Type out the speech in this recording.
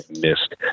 missed